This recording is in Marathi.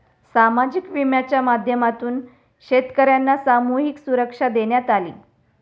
सामाजिक विम्याच्या माध्यमातून शेतकर्यांना सामूहिक सुरक्षा देण्यात आली